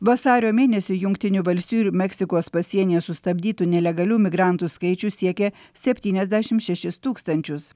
vasario mėnesį jungtinių valstijų ir meksikos pasienyje sustabdytų nelegalių migrantų skaičius siekė septyniasdešimt šešis tūkstančius